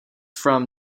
from